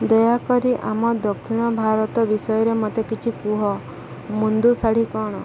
ଦୟାକରି ଆମ ଦକ୍ଷିଣ ଭାରତ ବିଷୟରେ ମୋତେ କିଛି କୁହ ମୁନ୍ଦୁ ଶାଢ଼ୀ କ'ଣ